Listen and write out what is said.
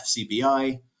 FCBI